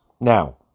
Now